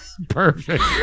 perfect